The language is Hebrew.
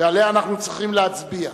ועליה אנחנו צריכים להצביע.